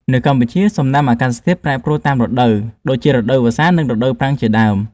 នៅកម្ពុជា សំណើមអាកាសធាតុប្រែប្រួលតាមរដូវ ដូចជារដូវវស្សានិងរដូវប្រាំងជាដើម។